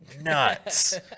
nuts